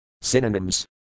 Synonyms